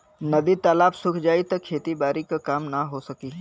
नदी तालाब सुख जाई त खेती बारी क काम ना हो सकी